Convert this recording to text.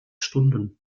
stunden